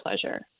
pleasure